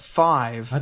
five